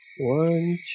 One